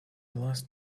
last